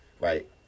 right